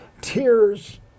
tears